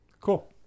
Cool